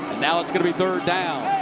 now it's going to be third down.